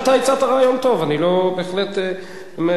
אני בהחלט מסכים אתך.